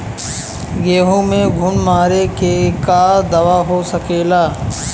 गेहूँ में घुन मारे के का दवा हो सकेला?